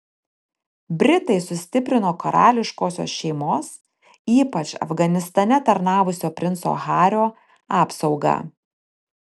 britai sustiprino karališkosios šeimos ypač afganistane tarnavusio princo hario apsaugą